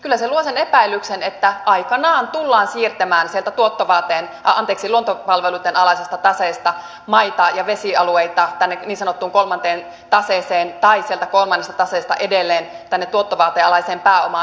kyllä se luo sen epäilyksen että aikanaan tullaan siirtämään sieltä luontopalveluitten alaisesta taseesta maita ja vesialueita tähän niin sanottuun kolmanteen taseeseen tai sieltä kolmannesta taseesta edelleen tähän tuottovaateen alaiseen pääomaan